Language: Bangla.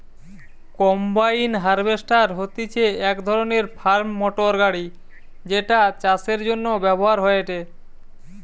কম্বাইন হার্ভেস্টর হতিছে এক ধরণের ফার্ম মোটর গাড়ি যেটা চাষের জন্য ব্যবহার হয়েটে